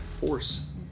force